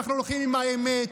אנחנו הולכים עם האמת,